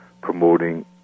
promoting